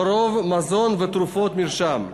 לרוב מזון ותרופות מרשם.